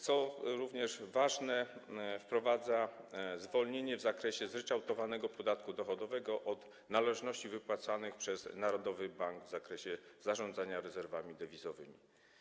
Co również ważne, wprowadza zwolnienie w zakresie zryczałtowanego podatku dochodowego od należności wypłacanych przez narodowy bank w zakresie zarządzania rezerwami dewizowymi.